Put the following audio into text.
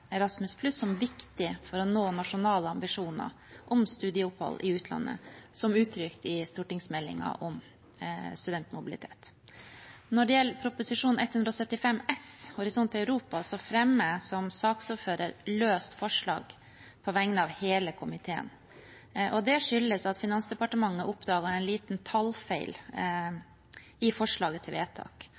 Erasmus+ som viktig for å nå nasjonale ambisjoner om studieopphold i utlandet, som uttrykt i stortingsmeldingen om studentmobilitet. Når det gjelder Prop. 175 S, om Horisont Europa, fremmer jeg som saksordfører et løst forslag på vegne av hele komiteen. Det skyldes at Finansdepartementet oppdaget en liten tallfeil i forslaget til vedtak.